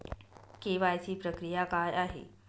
KYC प्रक्रिया काय आहे?